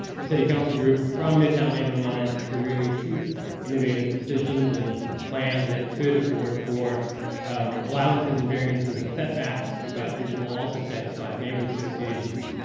the city council group from midtown neighbor alliance to really seek innovative decisions and plans that could afford for allowances and variances and setbacks, but which will also satisfy neighbors associations.